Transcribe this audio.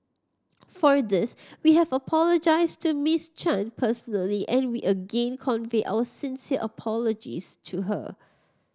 for this we have apologised to Miss Chan personally and we again convey our sincere apologies to her